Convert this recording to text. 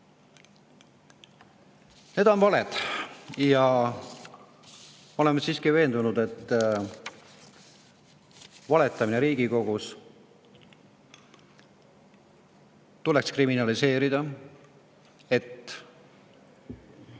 Need on valed. Oleme siiski veendunud, et valetamine Riigikogus tuleks kriminaliseerida, et kutsuda